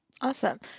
Awesome